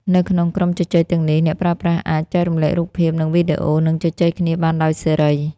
នៅក្នុងក្រុមជជែកទាំងនេះ អ្នកប្រើប្រាស់អាច ចែករំលែករូបភាព និងវីដេអូ និងជជែកគ្នាបានដោយសេរី។